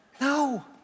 No